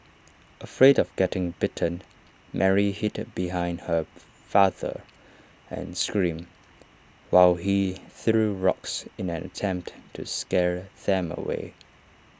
afraid of getting bitten Mary hid behind her father and screamed while he threw rocks in an attempt to scare them away